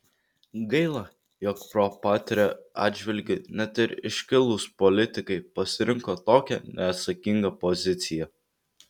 gaila jog pro patria atžvilgiu net ir iškilūs politikai pasirinko tokią neatsakingą poziciją